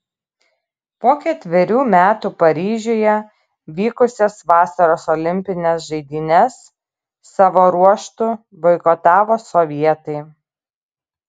po ketverių metų paryžiuje vykusias vasaros olimpines žaidynes savo ruožtu boikotavo sovietai